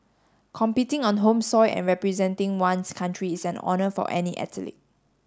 competing on home soil and representing one's country is an honour for any athlete